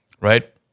right